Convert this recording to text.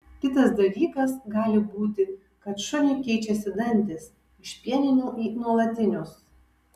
kitas dalykas gali būti kad šuniui keičiasi dantys iš pieninių į nuolatinius